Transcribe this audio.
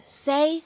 say